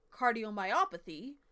cardiomyopathy